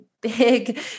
big